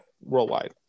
worldwide